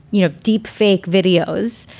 you know, deep fake videos,